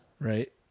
right